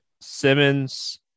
Simmons